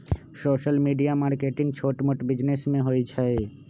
social media marketing छोट मोट business में होई छई